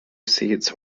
seats